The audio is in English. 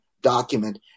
document